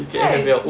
kan